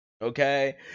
Okay